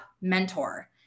mentor